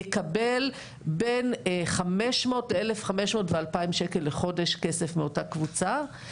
יקבל בין 500 ₪ ל-1,500 ₪ ו-2,000 ₪ מאותה הקבוצה,